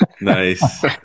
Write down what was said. nice